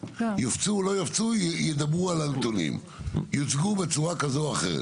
יופצו או לא יופצו - יוצגו בצורה זו או אחרת.